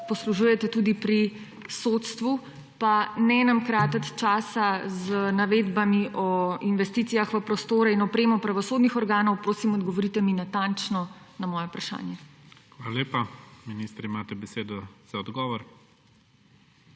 poslužujete tudi pri sodstvu? Pa ne nam kratiti časa z navedbami o investicijah v prostore in opremo pravosodnih organov. Prosim, odgovorite mi natančno na moje vprašanje. **PREDSEDNIK IGOR ZORČIČ:** Hvala lepa. Minister, imate besedo za odgovor.